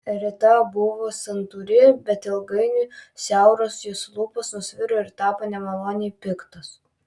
rita visada buvo santūri bet ilgainiui siauros jos lūpos nusviro ir tapo nemaloniai piktos